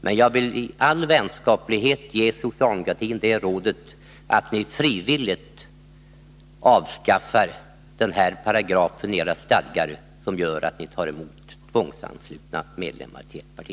Men jag vill i all vänskaplighet ge socialdemokraterna det rådet att ni frivilligt skall avskaffa den här paragrafen i era stadgar som gör att ni tar emot tvångsanslutna medlemmar i ert parti.